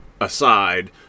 aside